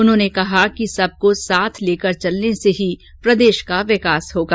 उन्होंने कहा कि सबको साथ लेकर चलने से ही प्रदेश का विकास होगा